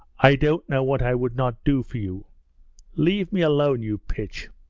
i don't know what i would not do for you leave me alone, you pitch